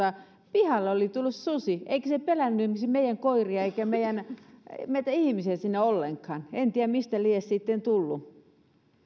pihalle oli tullut susi eikä se pelännyt esimerkiksi meidän koiria eikä meitä ihmisiä ollenkaan en tiedä mistä lie sitten tullut